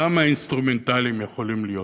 כמה אינסטרומנטליים יכולים להיות?